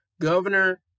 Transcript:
Governor